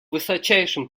высочайшим